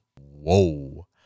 whoa